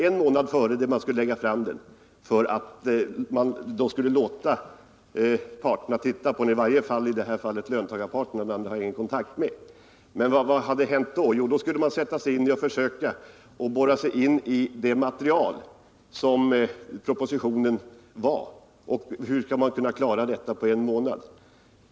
En månad innan man skulle lägga fram förslaget skulle man låta parterna titta på det — i varje fall löntagarparten; den andra sidan har jag ingen kontakt med. Vad hade hänt då? Jo, organisationerna skulle försöka sätta sig in i propositionens material, och hur skulle de kunna klara det på en månad?